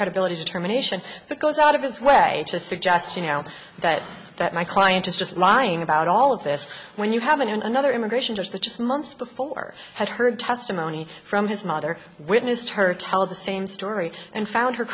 credibility determination that goes out of his way to suggest you know that that my client is just lying about all of this when you have another immigration judge that just months before had heard testimony from his mother witnessed her tell the same story and found her